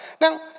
Now